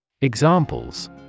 Examples